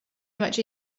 much